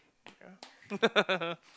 yeah